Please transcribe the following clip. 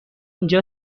اینجا